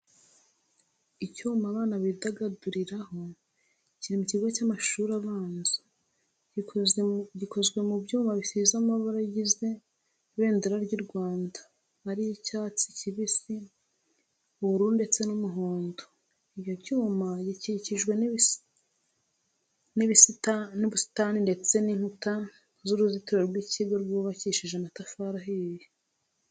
Icyuma abana bidagaduriraho kiri ku kigo cy'amashuri abanza, gikoze mu byuma bisize amabara agize ibendera ry'u Rwanda ari yo icyatsi kibisi, ubururu ndetse n'umuhondo. Icyo cyuma gikikijwe n'ibisitani ndetse n'inkuta z'uruzitiro rw'ikigo rwubakishije amatafari ahiye.